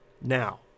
now